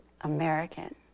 American